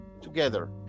together